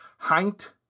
Heint